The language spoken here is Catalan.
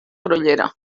grollera